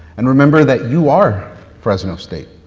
and remember that you are fresno state.